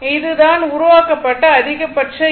இது தான் உருவாக்கப்பட்ட அதிகபட்ச ஈ